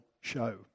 show